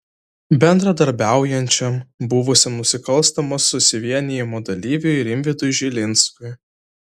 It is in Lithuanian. bendradarbiaujančiam buvusiam nusikalstamo susivienijimo dalyviui rimvydui žilinskui